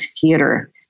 theater